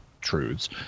truths